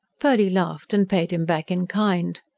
purdy laughed and paid him back in kind.